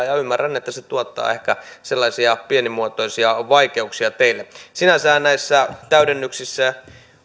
ja ymmärrän että se tuottaa ehkä sellaisia pienimuotoisia vaikeuksia teille sinänsähän näissä täydennyksissä